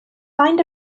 find